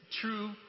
true